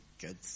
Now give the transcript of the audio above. good